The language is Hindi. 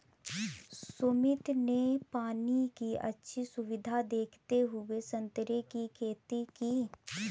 सुमित ने पानी की अच्छी सुविधा देखते हुए संतरे की खेती की